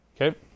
okay